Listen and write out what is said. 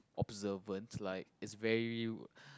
observant like is very